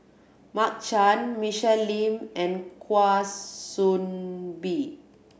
Mark Chan Michelle Lim and Kwa Soon Bee